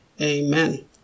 Amen